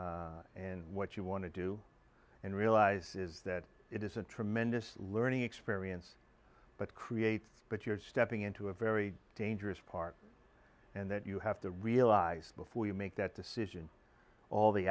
needs and what you want to do and realize is that it is a tremendous learning experience but create but you're stepping into a very dangerous part and that you have to realize before you make that decision all the